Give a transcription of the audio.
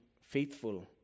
faithful